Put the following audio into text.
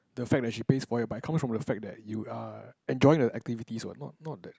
the fact that she pays for it but comes from the fact that you're enjoying the activities what not not that